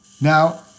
Now